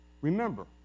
Remember